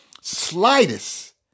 slightest